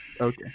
Okay